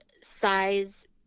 size